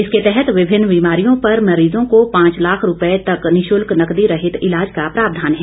इसके तहत विभिन्न बीमारियों पर मरीजों को पांच लाख रुपए तक निश्ल्क नकदी रहित इलाज का प्रावधान है